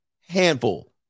Handful